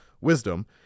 wisdom